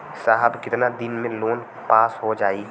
साहब कितना दिन में लोन पास हो जाई?